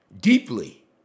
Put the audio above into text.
deeply